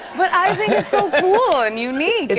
but i think it's so cool and unique.